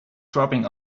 dropping